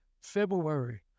February